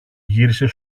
γύρισε